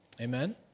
Amen